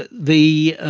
but the